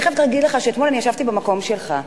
אני חייבת להגיד לך שאתמול ישבתי במקום שלך,